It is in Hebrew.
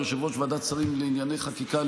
כיושב-ראש ועדת השרים לענייני חקיקה,